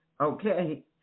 Okay